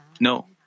No